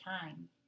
time